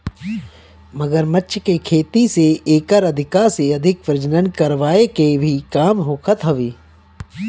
मगरमच्छ के खेती से एकर अधिका से अधिक प्रजनन करवाए के भी काम होखत हवे